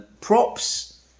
props